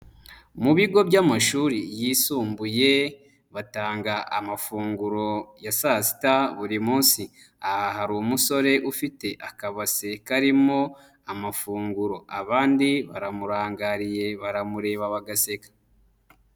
Mu bigo by'amashuri yisumbuye batanga amafunguro ya saa sita buri munsi. Aha hari umusore ufite akabase karimo amafunguro, abandi baramurangariye baramureba bagaseka.